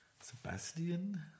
Sebastian